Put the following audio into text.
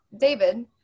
David